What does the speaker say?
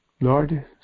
Lord